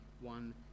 one